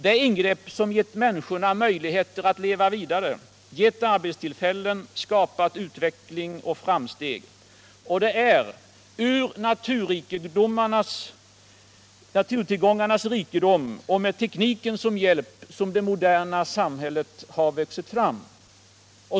Det är ingrepp som gett människorna möjlighet att leva vidare, gett arbetstillfällen, skapat utveckling och framsteg. Det är ur naturtillgångarnas rikedom och med tekniken som hjälp som det moderna samhället vuxit fram.